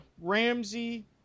Ramsey